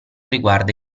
riguarda